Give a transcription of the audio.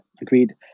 agreed